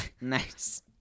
Nice